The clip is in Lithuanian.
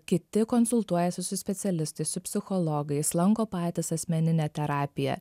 kiti konsultuojasi su specialistais su psichologais lanko patys asmeninę terapiją